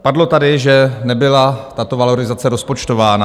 Padlo tady, že nebyla tato valorizace rozpočtována.